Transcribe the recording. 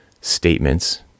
statements